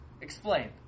Explain